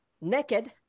naked